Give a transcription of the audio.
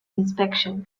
inspection